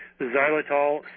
xylitol